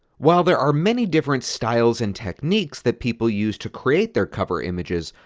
while there are many different styles and techniques that people use to create their cover images,